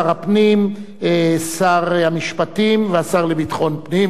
שר הפנים, שר המשפטים והשר לביטחון פנים.